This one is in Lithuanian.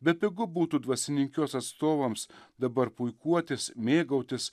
bepigu būtų dvasininkijos atstovams dabar puikuotis mėgautis